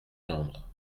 tendre